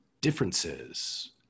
differences